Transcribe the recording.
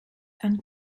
and